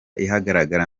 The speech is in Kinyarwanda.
ahagaragara